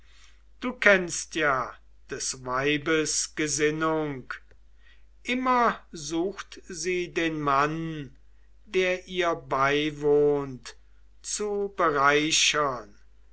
du kennst ja des weibes gesinnung immer sucht sie den mann der ihr beiwohnt zu bereichern